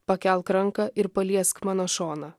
pakelk ranką ir paliesk mano šoną